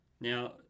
now